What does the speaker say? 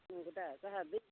नंगौदा जाहा